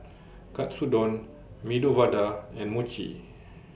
Katsudon Medu Vada and Mochi